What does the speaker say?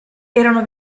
erano